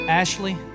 Ashley